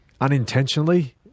unintentionally